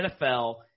NFL